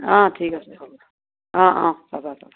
অঁ ঠিক আছে হ'ব অঁ অঁ পাবা পাবা